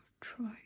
try